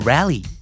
Rally